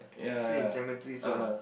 stay in cemeteries one